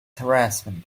harassment